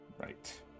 Right